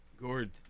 gourd